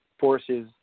forces